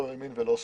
לא ימין ולא שמאל.